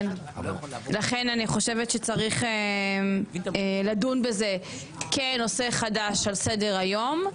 לכן אני חושבת שצריך לדון בזה כנושא חדש על סדר היום.